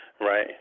right